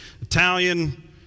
Italian